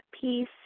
peace